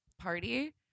party